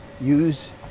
use